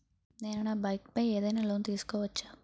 నేను నా బైక్ పై ఏదైనా లోన్ తీసుకోవచ్చా?